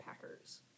Packers